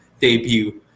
debut